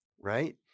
Right